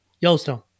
Yellowstone